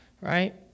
Right